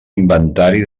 inventari